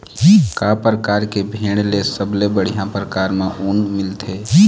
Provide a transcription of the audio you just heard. का परकार के भेड़ ले सबले बढ़िया परकार म ऊन मिलथे?